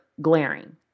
glaring